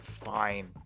Fine